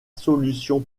solution